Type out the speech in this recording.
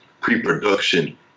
pre-production